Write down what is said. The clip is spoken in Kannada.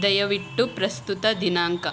ದಯವಿಟ್ಟು ಪ್ರಸ್ತುತ ದಿನಾಂಕ